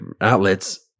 outlets